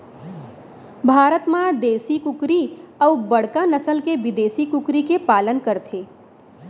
भारत म देसी कुकरी अउ बड़का नसल के बिदेसी कुकरी के पालन करथे